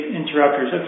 interrupters